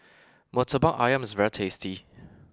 Murtabak Ayam is very tasty